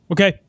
Okay